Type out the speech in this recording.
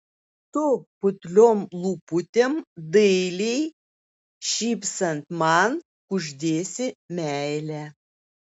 tu putliom lūputėm dailiai šypsant man kuždėsi meilę